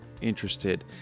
interested